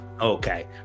Okay